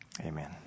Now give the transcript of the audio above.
Amen